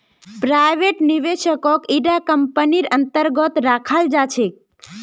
private निवेशकक इटा कम्पनीर अन्तर्गत रखाल जा छेक